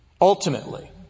Ultimately